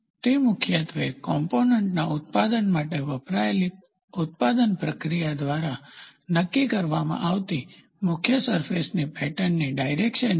તે મુખ્યત્વે કોમ્પોનન્ટના ઉત્પાદન માટે વપરાયેલી ઉત્પાદન પ્રક્રિયા દ્વારા નક્કી કરવામાં આવતી મુખ્ય સરફેસની પેટર્નની ડાયરેકશન છે